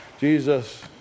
Jesus